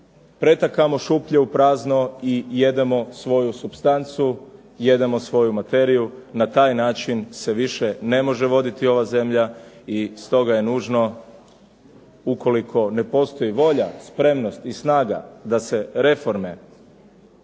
pretakamo iz šuplje u prazno i jedemo svoju supstancu, jedemo svoju materiju. Na taj način se više ne može voditi ova zemlja i stoga je nužno ukoliko ne postoji volja, spremnost i snaga da se reforme,